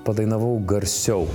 padainavau garsiau